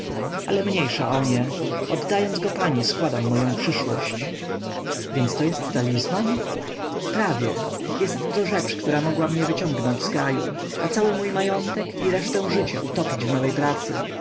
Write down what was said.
ale mniejsza o nie oddając go pani składam moję przyszłość więc to jest talizman prawie jestto rzecz która mogła mnie wyciągnąć z kraju a cały mój majątek i resztę życia utopić w nowej pracy